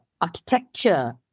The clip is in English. architecture